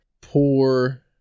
poor